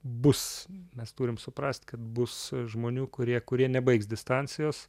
bus mes turim suprast kad bus žmonių kurie kurie nebaigs distancijos